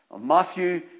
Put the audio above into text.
Matthew